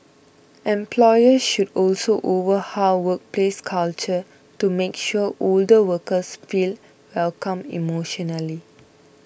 employers should also overhaul workplace culture to make sure older workers feel welcome emotionally